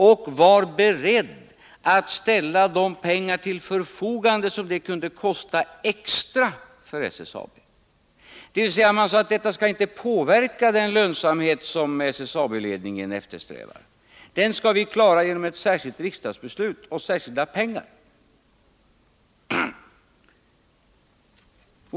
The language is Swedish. Man var beredd att ställa de pengar till förfogande som det kunde kosta extra för SSAB. Man sade att detta inte skulle påverka den lönsamhet som SSAB-ledningen eftersträvade. Den skulle man klara genom ett riksdagsbeslut om särskilda pengar.